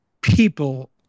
people